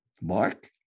Mark